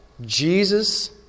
Jesus